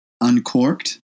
Uncorked